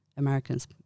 Americans